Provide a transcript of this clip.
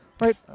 right